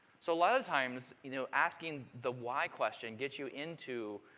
so lot of times, you know asking the why question gets you into,